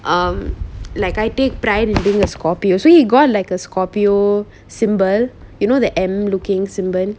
um like I take pride in being a scorpio so he got like a scorpio symbol you know the M looking symbol